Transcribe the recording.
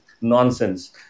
nonsense